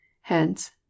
Hence